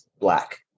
black